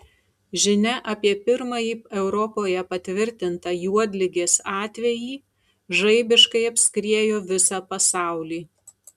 žinia apie pirmąjį europoje patvirtintą juodligės atvejį žaibiškai apskriejo visą pasaulį